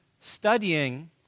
studying